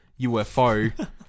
UFO